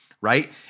right